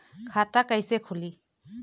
खाता कइसे खुली?